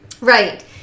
Right